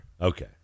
Okay